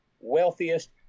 wealthiest